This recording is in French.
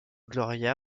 gloria